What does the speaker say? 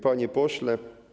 Panie Pośle!